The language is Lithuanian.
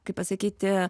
kaip pasakyti